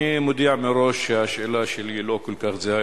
אני מודיע מראש שהשאלה שלי היא לא כל כך זהה